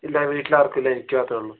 ഇല്ല വീട്ടിലാർക്കുമില്ല എനിക്ക് മാത്രമേ ഉള്ളൂ